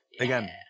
Again